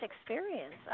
experience